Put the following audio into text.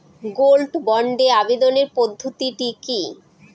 Gold বন্ডে আবেদনের পদ্ধতিটি কি?